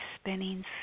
spinning